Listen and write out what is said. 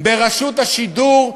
ברשות השידור,